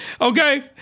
Okay